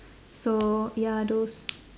so ya those